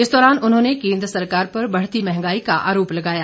इस दौरान उन्होंने केंद्र सरकार पर बढ़ती महंगाई का आरोप लगाया